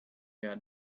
had